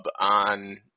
on